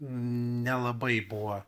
nelabai buvo